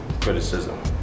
criticism